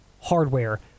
Hardware